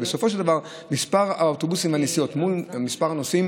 אבל בסופו של דבר מספר האוטובוסים והנסיעות מול מספר הנוסעים,